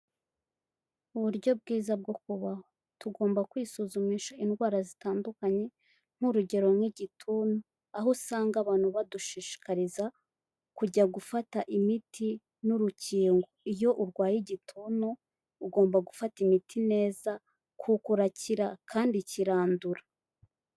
Uburyo bwiza bwo kubaho, tugomba kwisuzumisha indwara zitandukanye, nk'urugero nk'igituntu, aho usanga abantu badushishikariza kujya gufata imiti n'urukingo, iyo urwaye igituntu ugomba gufata imiti neza kuko urakira, kandi kirandura.